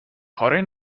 کارای